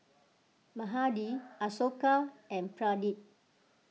Mahade Ashoka and Pradip